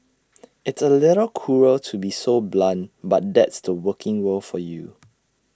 it's A little cruel to be so blunt but that's the working world for you